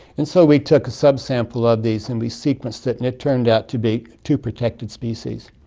and so we took a sub-sample of these and we sequenced it and it turned out to be two protected species.